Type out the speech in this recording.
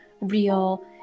real